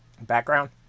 background